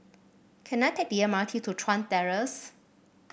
can I take the M R T to Chuan Terrace